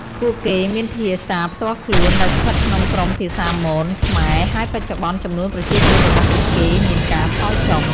ពួកគេមានភាសាផ្ទាល់ខ្លួនដែលស្ថិតក្នុងក្រុមភាសាមន-ខ្មែរ ហើយបច្ចុប្បន្នចំនួនប្រជាជនរបស់ពួកគេមានការថយចុះ។